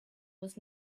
was